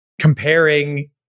comparing